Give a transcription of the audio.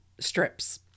Strips